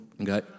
Okay